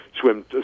swim